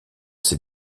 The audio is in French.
ces